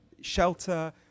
shelter